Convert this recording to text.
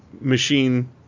machine